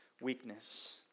weakness